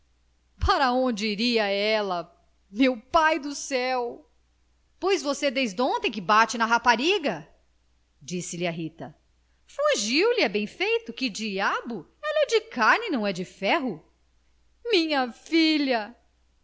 para onde iria ela meu pai do céu pois você desdontem que bate na rapariga disse-lhe a rita fugiu lhe é bem feito que diabo ela é de carne não é de ferro minha filha